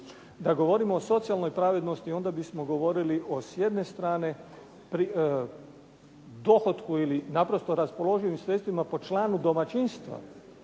Da govorimo o socijalnoj pravednosti onda bismo govorili o s jedne strane dohotku ili naprosto raspoloživim sredstvima po članu domaćinstva